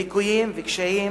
ליקויים וקשיים